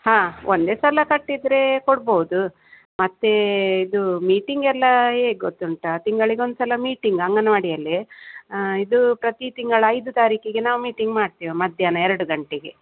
ಹಾಂ ಒಂದೇ ಸಲ ಕಟ್ಟಿದರೆ ಕೊಡ್ಬೋದು ಮತ್ತು ಇದು ಮೀಟಿಂಗೆಲ್ಲ ಹೇಗೆ ಗೊತ್ತುಂಟಾ ತಿಂಗಳಿಗೆ ಒಂದು ಸಲ ಮೀಟಿಂಗ್ ಅಂಗನವಾಡಿಯಲ್ಲಿ ಇದು ಪ್ರತಿ ತಿಂಗಳ ಐದು ತಾರೀಕಿಗೆ ನಾವು ಮೀಟಿಂಗ್ ಮಾಡ್ತೇವೆ ಮಧ್ಯಾಹ್ನ ಎರಡು ಗಂಟೆಗೆ